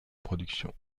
production